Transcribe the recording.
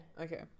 Okay